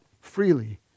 freely